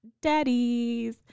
daddies